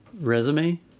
resume